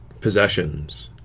possessions